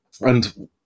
And-